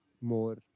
more